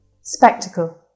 Spectacle